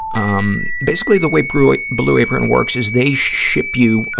um basically, the way blue ah blue apron works is they ship you, ah